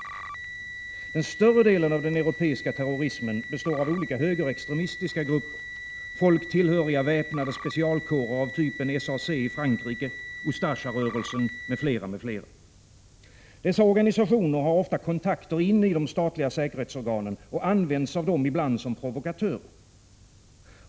Den större delen av den europeiska terrorismen består av olika högerextremistiska grupper, folk som tillhör väpnade specialkårer av typen SACi Frankrike, Ustasjarörelsen m.fl. Dessa organisationer har ofta kontakter in i de statliga säkerhetsorganen och används av dem ibland som provokatörer.